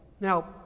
Now